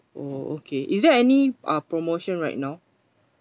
oh okay is there any uh promotion right now